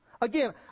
Again